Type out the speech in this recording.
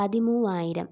പതിമൂവായിരം